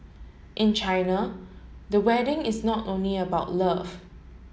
in China the wedding is not only about love